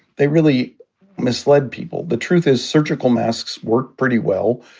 they really misled people. the truth is surgical masks work pretty well.